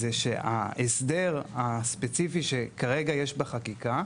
זה שההסדר הספציפי שכרגע יש בחקיקה,